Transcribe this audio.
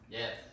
Yes